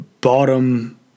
bottom